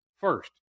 first